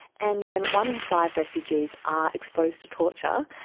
and when one in five refugees are exposed to torture,